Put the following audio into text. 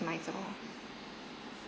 orh